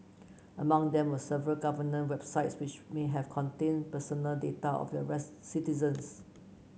among them were several government websites which may have contained personal data of their citizens